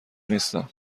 نیستم